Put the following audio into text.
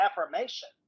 affirmation